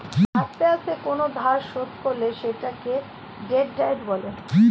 আস্তে আস্তে কোন ধার শোধ করলে সেটাকে ডেট ডায়েট বলে